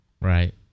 right